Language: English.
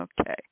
Okay